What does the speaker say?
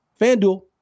FanDuel